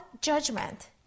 judgment